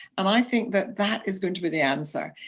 and i think that that is going to be the answer.